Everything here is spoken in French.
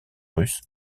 russe